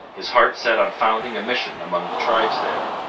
his heart set on founding a mission among the tribes there.